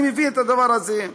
אני מבין את הדבר הזה.